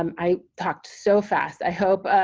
um i talked so fast i hope,